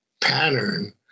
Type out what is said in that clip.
pattern